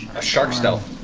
a shark stealth.